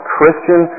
Christian